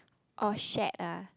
oh shared ah